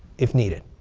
if needed.